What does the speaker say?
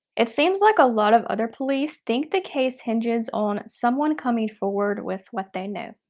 it seems like a lot of other police think the case hinges on someone coming forward with what they know.